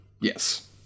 Yes